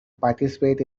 participate